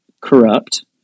corrupt